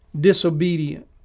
disobedient